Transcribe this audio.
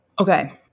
Okay